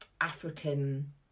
African